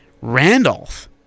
Randolph